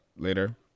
later